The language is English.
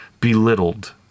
belittled